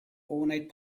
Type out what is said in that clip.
overnight